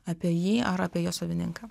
apie jį ar apie jo savininką